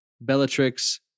Bellatrix